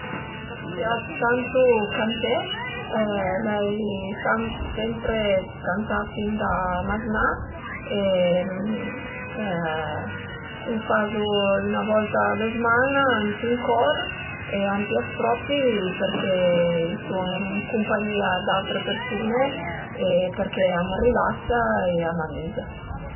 A m'pias tantu canté, l'ai sam sempre cantà fin da maznà e lu fazu üna volta a la zman-a ënt ün cor e m'pias propi i stun ën cumpagnìa d'autre persun-e e përché a m'rilasa e a m'amüza